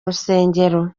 rusengero